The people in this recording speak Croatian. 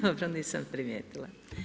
Dobro, nisam primijetila.